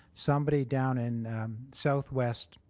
somebody down in southwest